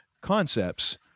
concepts